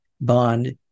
bond